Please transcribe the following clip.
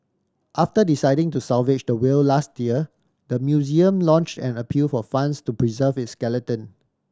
after deciding to salvage the whale last year the museum launch an appeal for funds to preserve its skeleton